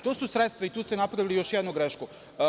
To su sredstva i tu ste napravili još jednu grešku.